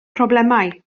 problemau